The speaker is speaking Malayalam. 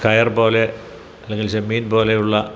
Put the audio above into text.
കയർ പോലെ അല്ലെങ്കിൽ ചെമ്മീൻ പോലെയുള്ള